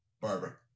Barbara